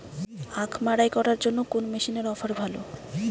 আখ মাড়াই করার জন্য কোন মেশিনের অফার ভালো?